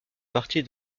partie